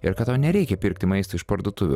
ir kad tau nereikia pirkti maisto iš parduotuvių